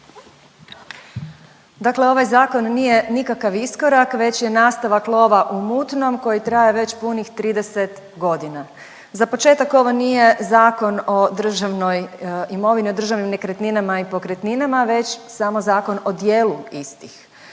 Dakle, ovaj zakon nije nikakav iskorak već je nastavak lova u mutnom koji traje već punih 30 godina. Za početak ovo nije zakon o državnoj imovini, o državnim nekretninama i pokretninama već samo zakon o dijelu istih.